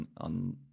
on